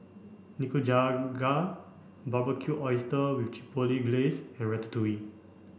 Nikujaga Barbecued Oysters with Chipotle Glaze and Ratatouille